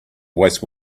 waste